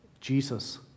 Jesus